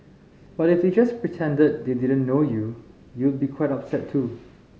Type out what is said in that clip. but if they just pretended they didn't know you you'd be quite upset too